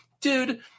dude